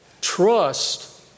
trust